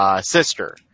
sister